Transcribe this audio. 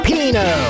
Pino